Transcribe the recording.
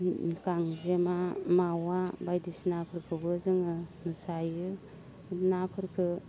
गांजेमा मावा बायदिसिनाफोरखौबो जोङो जायो नाफोरखो